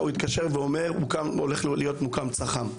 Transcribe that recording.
הוא התקשר ואמר הולך להיות מוקם צח"ם.